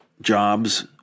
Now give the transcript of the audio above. jobs